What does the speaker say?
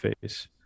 face